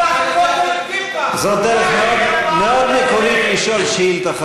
זאת דרך מאוד מקורית לשאול שאילתה,